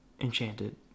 enchanted